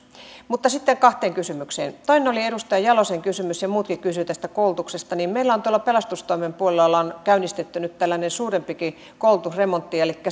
mutta sitten kahteen kysymykseen toinen oli edustaja jalosen kysymys ja muutkin kysyivät tästä koulutuksesta meillä on tuolla pelastustoimen puolella käynnistetty nyt tällainen suurempikin koulutusremontti